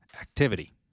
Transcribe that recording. activity